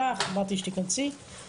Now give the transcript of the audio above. אתחיל בהתייחסות העקרונית ביחס להצעה.